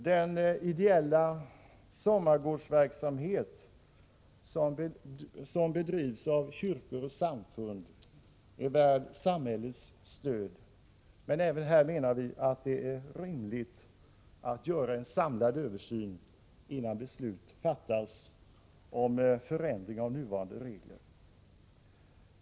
Den idella sommargårdsverksamhet som bedrivs av kyrkor och samfund är värd samhällets stöd, men även här menar vi att det är rimligt att göra en samlad översyn innan beslut fattas om förändring av nuvarande regler.